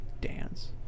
dance